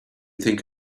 think